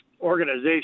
organization